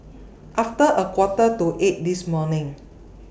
after A Quarter to eight This morning